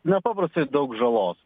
nepaprastai daug žalo